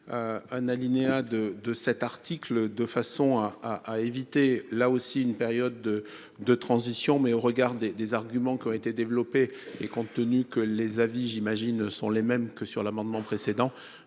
Un alinéa 2 de cet article de façon à à à éviter là aussi une période de de transition mais au regard des des arguments qui ont été développés et compte tenu que les avis j'imagine sont les mêmes que sur l'amendement précédent.